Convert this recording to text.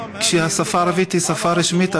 כשהשפה הערבית היא שפה רשמית,